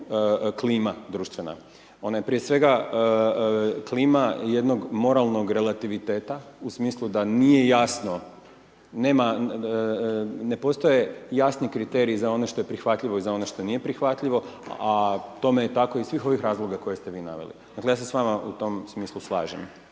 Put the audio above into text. klima društvena. Ona je prije svega klima jednog moralnog relativiteta, u smislu da nije jasno, nema, ne postoje jasni kriterij za ono što je prihvatljivo i za ono što nije prihvatljivo, a tome je tako iz svih ovih razloga koje ste vi naveli. Dakle, ja se s vama u tom smislu slažem.